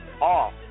off